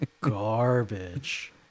garbage